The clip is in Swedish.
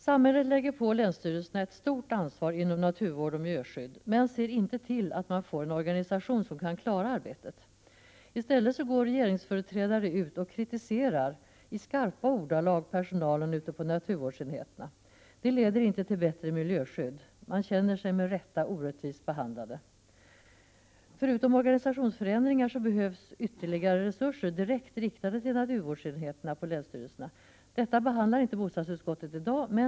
Samhället lägger på länsstyrelserna ett stort ansvar inom naturvård och miljöskydd men ser inte till att de får en organisation som kan klara arbetet. I stället går regeringsföreträdare ut och kritiserar i skarpa ordalag personalen ute på naturvårdsenheterna. Detta leder inte till bättre miljöskydd. De känner sig med rätta orättvist behandlade. Förutom organisationsförändringar behövs ytterligare resurser direkt riktade till naturvårdsenheterna på länsstyrelserna. Detta behandlar inte bostadsutskottet i dagens betänkande.